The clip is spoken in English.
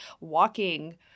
walking